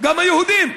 גם היהודים.